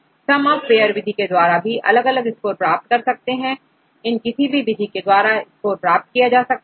some of pair विधि के द्वारा आप अलग अलग स्कोर प्राप्त कर सकते हैं इन किसी भी विधि के द्वारा स्कोर ज्ञात किया जा सकता है